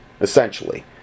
essentially